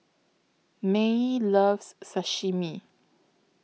Maye loves Sashimi